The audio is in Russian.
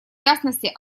ясности